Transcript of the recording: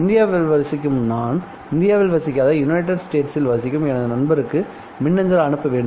இந்தியாவில் வசிக்கும் நான் இந்தியாவில் வசிக்காதயுனைட்டட் ஸ்டேட்ஸ்ல் வசிக்கும் எனது நண்பருக்கு மின்னஞ்சல் அனுப்ப வேண்டும்